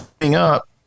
up